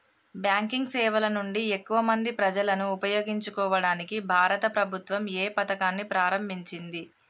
Banking సేవల నుండి ఎక్కువ మంది ప్రజలను ఉపయోగించుకోవడానికి భారత ప్రభుత్వం ఏ పథకాన్ని ప్రారంభించింది?